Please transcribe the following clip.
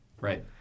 Right